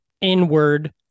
inward